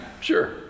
sure